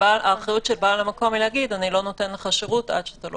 האחריות של בעל המקום לומר: אני לא נותן לך שירות עד שאתה לא